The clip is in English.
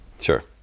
sure